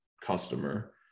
customer